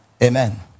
Amen